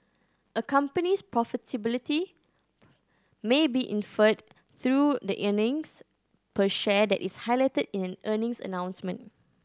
a company's profitability may be inferred through the earnings per share that is highlighted in an earnings announcement